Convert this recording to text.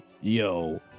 yo